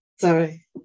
Sorry